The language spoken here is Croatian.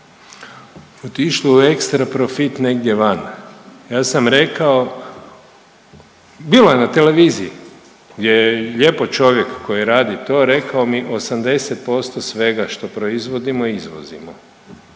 Otišlo je u ekstra profit negdje van. Ja sam rekao bilo je na televiziji gdje je lijepo čovjek koji radi to rekao mi 80% svega što proizvodimo izvozimo